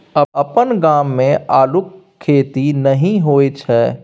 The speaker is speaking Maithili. अपन गाम मे अल्लुक खेती नहि होए छै